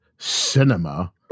cinema